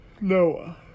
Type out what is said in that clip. noah